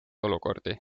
olukordi